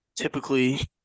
Typically